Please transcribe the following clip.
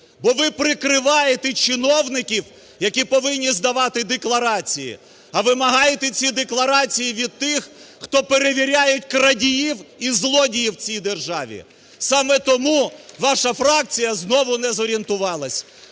бо ви прикриваєте чиновників, які повинні здавати декларації, а вимагаєте ці декларації від тих, хто перевіряють крадіїв і злодіїв у цій державі. Саме тому ваша фракція знову не зорієнтувалась.